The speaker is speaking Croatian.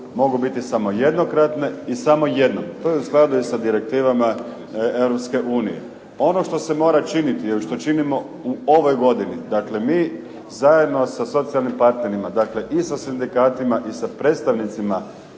mogu biti samo jednokratne i u skladu sa direktivama Europske unije. Ono što se mora činiti ili što činimo u ovoj godini, dakle, mi zajedno sa socijalnim partnerima dakle i sa sindikatima i sa predstavnicima